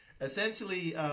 essentially